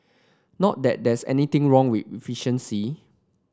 not that there's anything wrong with efficiency